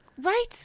Right